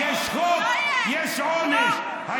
יש חוק, יש עונש, לא יהיה.